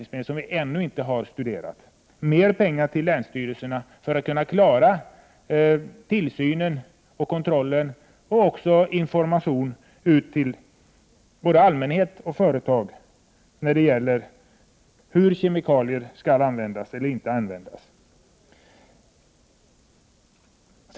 Jag skulle också vilja veta när regeringen är beredd att satsa mer pengar till länsstyrelserna för att de skall kunna klara tillsynen och kontrollen och ge information till både allmänhet och företag då det gäller frågan hur kemikalier skall användas eller inte användas.